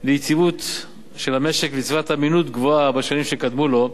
ליציבות של המשק ולצבירת אמינות גבוהה בשנים שקדמו לו,